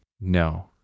No